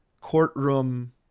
courtroom